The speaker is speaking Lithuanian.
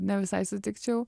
ne visai sutikčiau